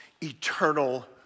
eternal